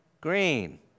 green